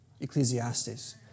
Ecclesiastes